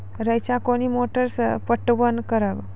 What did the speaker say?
रेचा कोनी मोटर सऽ पटवन करव?